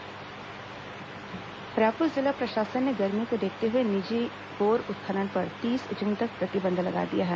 bore खनन प्रतिबंध रायपुर जिला प्रशासन ने गर्मी को देखते हुए निजी बोर उत्खनन पर तीस जून तक प्रतिबंध लगा दिया है